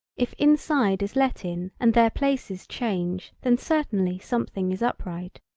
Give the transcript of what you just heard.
if inside is let in and there places change then certainly something is upright.